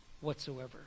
whatsoever